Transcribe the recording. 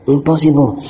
Impossible